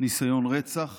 וניסיון רצח